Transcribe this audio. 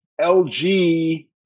LG